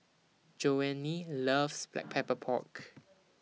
Joanie loves Black Pepper Pork